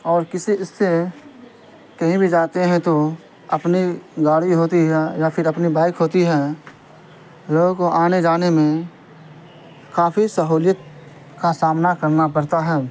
اور کسی اس سے کہیں بھی جاتے ہیں تو اپنی گاڑی ہوتی ہے یا پھر اپنی بائک ہوتی ہیں لوگوں کو آنے جانے میں کافی سہولیت کا سامنا کرنا پڑتا ہے